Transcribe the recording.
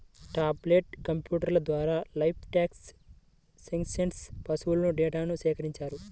tablet కంప్యూటర్ల ద్వారా livestock census పశువుల డేటాను సేకరించారు